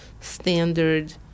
standard